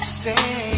say